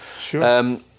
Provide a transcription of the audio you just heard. Sure